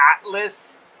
atlas